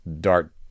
dart